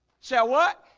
shall what